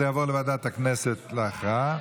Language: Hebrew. זה יעבור לוועדת הכנסת להכרעה.